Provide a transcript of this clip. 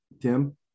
Tim